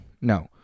No